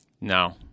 no